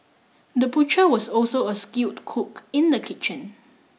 the butcher was also a skilled cook in the kitchen